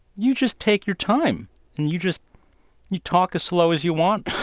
you just take your time and you just you talk as slow as you want?